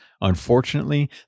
Unfortunately